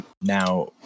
now